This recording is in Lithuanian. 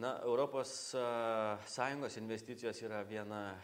na europos a sąjungos investicijos yra viena